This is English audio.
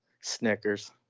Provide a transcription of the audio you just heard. Snickers